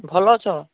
ଭଲ ଅଛ